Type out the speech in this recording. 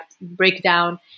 breakdown